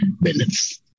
minutes